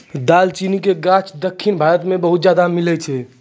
दालचीनी के गाछ दक्खिन भारत मे बहुते ज्यादा मिलै छै